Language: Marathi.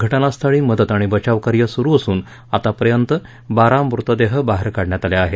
घटनास्थळी मदत आणि बचावकार्य सुरु असून आतापर्यंत बारा मृतदेह बाहेर काढण्यात आले आहेत